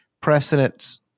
precedents